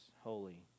holy